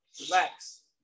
relax